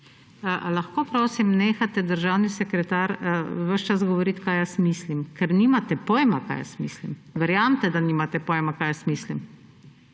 Lahko prosim nehate, državni sekretar, ves čas govoriti, kaj jaz mislim, ker nimate pojma, kaj jaz mislih. Verjemite, da nimate pojma, kaj jaz mislim.